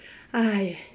!aiya!